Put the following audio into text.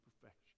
perfection